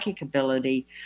ability